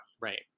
right